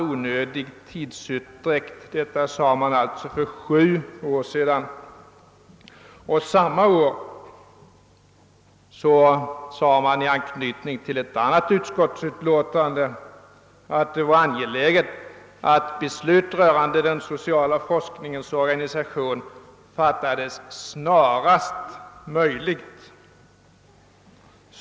Samma år, alltså för sju år sedan, sade man i anknytning till ett annat utskottsutlåtande att det var angeläget att beslut rörande den sociala forskningens organisation fattades snarast möjligt.